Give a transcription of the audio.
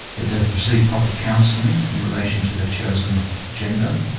that they've received proper counselling, in relation to their chosen gender,